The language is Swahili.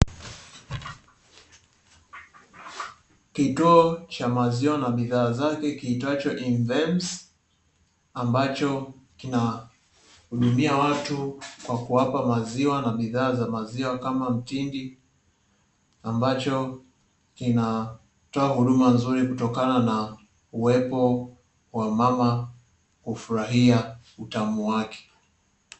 Kituo cha maziwa na bidhaa zake kiitwacho invebusi ambacho kina hudumia watu kwa kuwapa maziwa na bidhaa za maziwa, kama mtindi. Ambacho kinatoa huduma nzuri kutokana na uwepo wa mama kufurahia utamu wake.